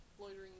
loitering